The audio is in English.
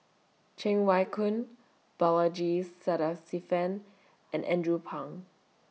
Cheng Wai Keung Balaji Sadasivan and Andrew Phang